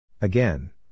Again